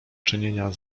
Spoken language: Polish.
czynienia